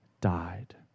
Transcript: died